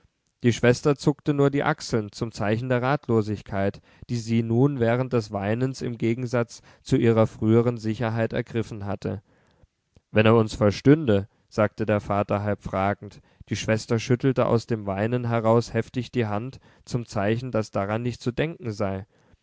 die schwester zuckte nur die achseln zum zeichen der ratlosigkeit die sie nun während des weinens im gegensatz zu ihrer früheren sicherheit ergriffen hatte wenn er uns verstünde sagte der vater halb fragend die schwester schüttelte aus dem weinen heraus heftig die hand zum zeichen daß daran nicht zu denken sei